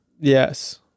Yes